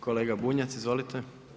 Kolega Bunjac, izvolite.